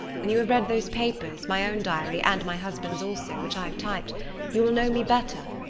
when you have read those papers my own diary and my husband's also, which i have typed you will know me better.